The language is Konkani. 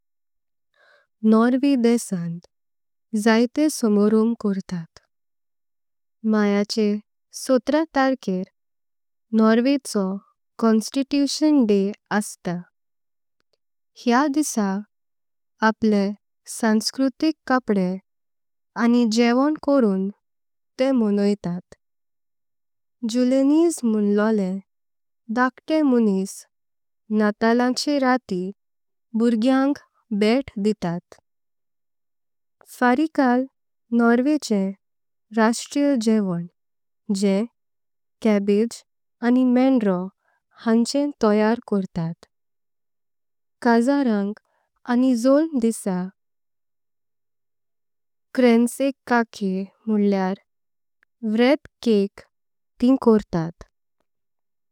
नार्वे देशांत जायत समारंभ करतात मायाचे सतर। तासर्कार नार्वेचो संविधान दिवस हास्ता हेया दिसा। आपले संस्कृतिक कपडे आनी जेवण करून ते मोणीतात। जुलेनिस्स म्होंळोले धाक्टे मनीस नाताळाचें रातीं भुर्गेाक। भेट दीता फारिकल नार्वेचें राष्ट्रीय जेवण जेंम केब्बेज। आनी मेंड्रो हांचे तोयर करतात काझारांक आनी झोलम। दिसा क्रान्सेकाकें म्हळेार वरथह केक तीं काटतात।